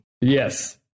Yes